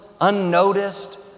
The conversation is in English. unnoticed